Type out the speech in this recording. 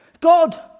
God